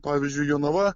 pavyzdžiui jonava